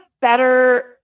better